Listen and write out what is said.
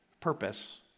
purpose